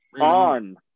on